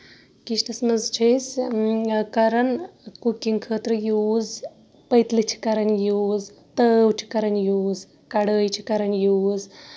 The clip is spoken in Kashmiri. کِچنس منٛز چھِ أسۍ کران کُکِنگ خٲطرٕ یوٗز پٔتلہٕ چھِ کران یوٗز تٲو چھِ کران یوٗز کَڑٲے چھِ کران یوٗز